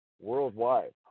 worldwide